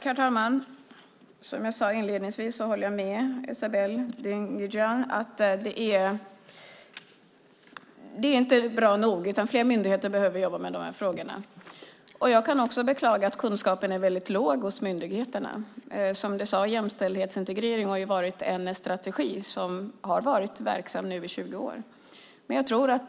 Herr talman! Som jag sade inledningsvis håller jag med Esabelle Dingizian om att det inte är bra nog utan att fler myndigheter behöver jobba med frågorna. Jag kan också beklaga att kunskapen är väldigt låg hos myndigheterna. Som du sade har strategin jämställdhetsintegrering nu varit verksam i 20 år.